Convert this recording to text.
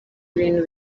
ibintu